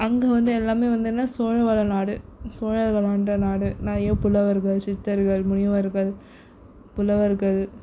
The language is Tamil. அங்கே வந்து எல்லாம் வந்து என்ன சோழவள நாடு சோழர்கள் ஆண்ட நாடு நிறைய புலவர்கள் சித்தர்கள் முனிவர்கள் புலவர்கள்